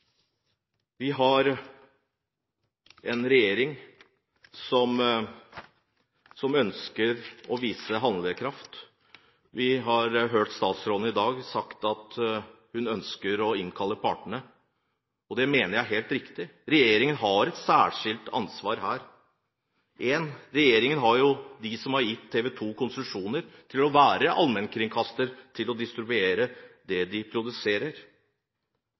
vise handlekraft. Vi har i dag hørt statsråden si at hun ønsker å innkalle partene, og det mener jeg er helt riktig. Regjeringen har et særskilt ansvar her. Regjeringen har jo gitt TV 2 konsesjon til å være allmennkringkaster og til å distribuere det de produserer.